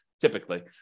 typically